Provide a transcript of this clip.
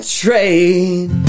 trade